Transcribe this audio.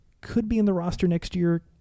could-be-in-the-roster-next-year-